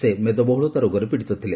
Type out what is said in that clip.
ସେ ମେଦବହୁଳତା ରୋଗରେ ପୀଡିତ ଥିଲେ